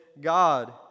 God